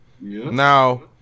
Now